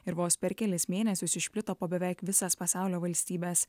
ir vos per kelis mėnesius išplito po beveik visas pasaulio valstybes